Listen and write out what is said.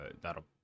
that'll